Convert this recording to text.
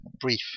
brief